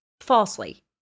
falsely